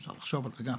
אפשר לחשוב על זה גם.